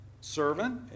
servant